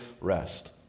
rest